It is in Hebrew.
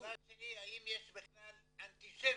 דבר שני, האם יש בכלל אנטישמיות?